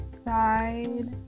side